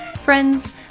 Friends